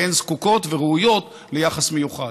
והן זקוקות וראויות ליחס מיוחד.